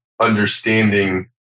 understanding